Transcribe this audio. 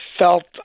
felt